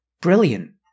Brilliant